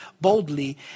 boldly